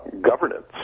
governance